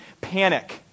panic